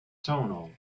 tonal